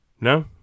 no